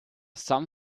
some